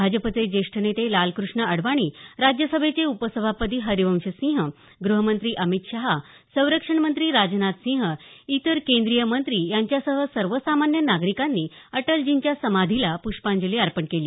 भाजपचे ज्येष्ठ नेते लालकृष्ण अडवाणी राज्यसभेचे उपसभापती हरिवंश सिंह गृहमंत्री अमित शहा संरक्षणमंत्री राजनाथ सिंह इतर केंद्रीय मंत्री यांच्यासह सर्वसामान्य नागरिकांनी अटलजींच्या समाधीला प्ष्पांजली अर्पण केली